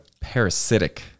parasitic